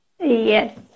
Yes